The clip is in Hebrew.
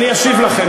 אני אשיב לכם.